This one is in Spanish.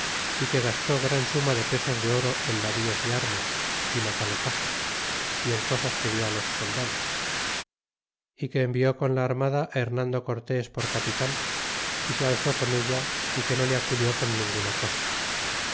y que gastó gran suma de pesos de oro en navíos y armas y matalotaje y en cosas que di ti los soldados y que envió con la armada hernando cortes por capitan y se alzó con ella y que no le acudió con ninguna cosa